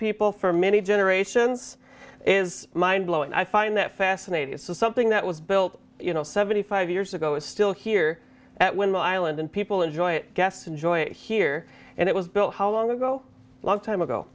people for many generations is mind blowing i find that fascinating as something that was built you know seventy five years ago is still here at when the island and people enjoy it guess enjoy it here and it was built how long ago a long time ago